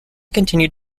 continued